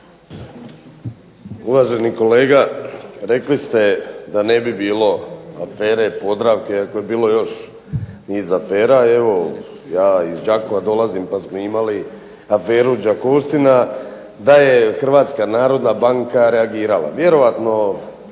Uvaženi kolega, rekli ste da ne bi bilo afere "Podravke" iako je bilo još niz afera, evo ja iz Đakova dolazim pa smo imali aferu "Đakovština". Da je Hrvatska narodna banka reagirala vjerojatno